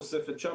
תוספת שם,